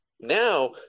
Now